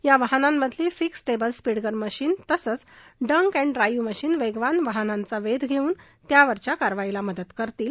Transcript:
या वाहनांमधली fix table speed gun machine तसंच ड्रंक अँड ड्राव्हि मशीन वेगवान वाहनांचा वेध घेऊन त्यावरच्या कारवाईला मदत करतील